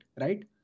right